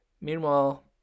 meanwhile